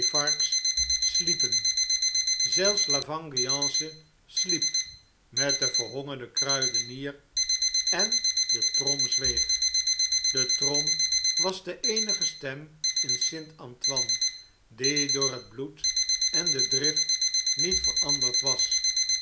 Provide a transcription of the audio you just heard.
sliepen zelfs la vengeance sliep met den verhongerenden kruidenier en de trom zweeg de trom was de eenige stem in st a n t o i n e die door het bloed en de drift niet veranderd was